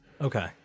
Okay